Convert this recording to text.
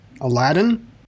Aladdin